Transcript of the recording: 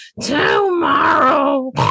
tomorrow